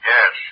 Yes